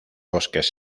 bosques